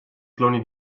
cloni